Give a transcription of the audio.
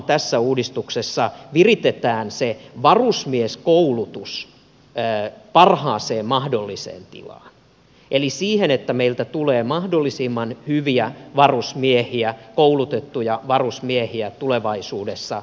tässä uudistuksessa nimenomaan viritetään se varusmieskoulutus parhaaseen mahdolliseen tilaan eli siihen että meiltä tulee mahdollisimman hyviä varusmiehiä koulutettuja varusmiehiä tulevaisuudessa reserviin